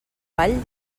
vall